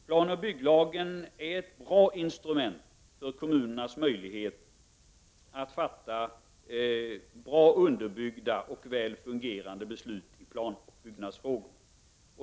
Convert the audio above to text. Planoch bygglagen är ett bra instrument för kommunernas möjlighet att fatta väl underbyggda och väl fungerande beslut i planoch byggnadsfrågor.